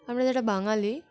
আমরা যারা বাঙালি